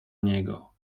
niego